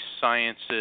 sciences